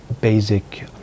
basic